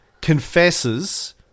confesses